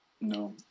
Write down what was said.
No